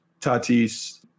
Tatis